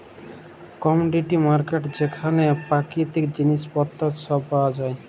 commodity market যেখালে পাকিতিক জিলিস পত্তর ছব পাউয়া যায়